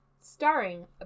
Starring